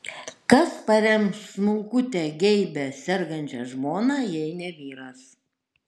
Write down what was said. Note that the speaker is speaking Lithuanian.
kas parems smulkutę geibią sergančią žmoną jei ne vyras